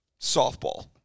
softball